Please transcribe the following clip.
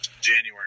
January